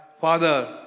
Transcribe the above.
Father